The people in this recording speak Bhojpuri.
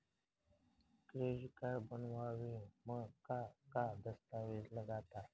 क्रेडीट कार्ड बनवावे म का का दस्तावेज लगा ता?